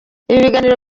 ibiganiro